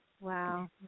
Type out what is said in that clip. Wow